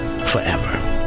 forever